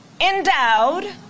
endowed